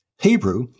Hebrew